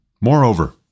Moreover